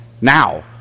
now